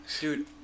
Dude